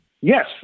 Yes